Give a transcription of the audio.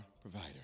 provider